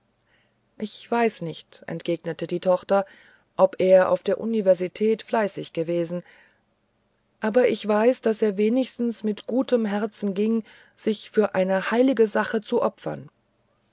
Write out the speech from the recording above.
ich weiß nicht entgegnete die tochter ob er auf der universität fleißig gewesen aber ich weiß daß er wenigstens mit guten herzen ging sich für eine heilige sache zu opfern